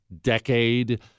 decade